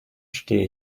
stehe